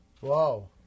Whoa